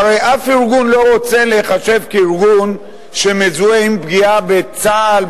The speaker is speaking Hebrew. שהרי אף ארגון לא רוצה להיחשב כארגון שמזוהה עם פגיעה בצה"ל,